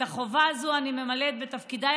את החובה הזאת אני ממלאת בתפקידיי